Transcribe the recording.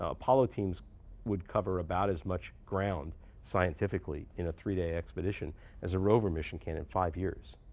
apollo teams would cover about as much ground scientifically in a three-day expedition as a rover mission can in five years.